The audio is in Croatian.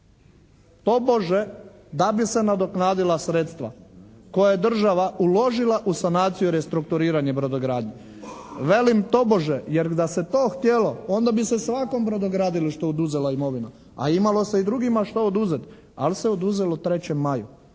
tobože da bi se nadoknadila sredstva koje je država uložila u sanaciju i restrukturiranje brodogradnje. Velim tobože, jer da se to htjelo onda bi se svakom brodogradilištu oduzela imovina, a imalo se i drugima što oduzeti, ali se oduzelo 3. maju.